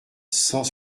cent